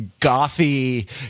gothy